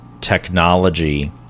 technology